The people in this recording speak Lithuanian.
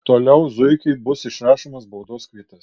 toliau zuikiui bus išrašomas baudos kvitas